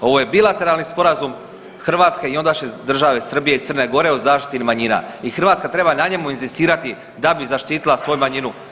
Ovo je bilateralni sporazum Hrvatske i ondašnje države Srbije i Crne Gore o zaštiti manjina i Hrvatska treba na njemu inzistirati da bi zaštitila svoju manjinu.